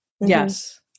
Yes